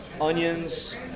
onions